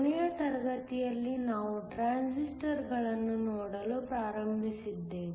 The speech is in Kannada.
ಕೊನೆಯ ತರಗತಿಯಲ್ಲಿ ನಾವು ಟ್ರಾನ್ಸಿಸ್ಟರ್ ಗಳನ್ನು ನೋಡಲು ಪ್ರಾರಂಭಿಸಿದ್ದೇವೆ